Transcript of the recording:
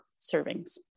servings